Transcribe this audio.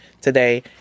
today